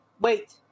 wait